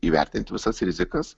įvertint visas rizikas